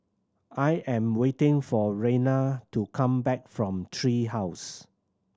I am waiting for Raina to come back from Tree House